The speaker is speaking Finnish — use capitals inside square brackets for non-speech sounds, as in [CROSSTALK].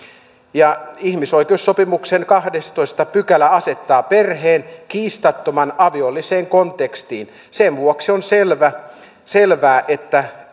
ja ihmisoikeussopimuksen kahdestoista pykälä asettaa perheen kiistattoman aviolliseen kontekstiin sen vuoksi on selvää että [UNINTELLIGIBLE]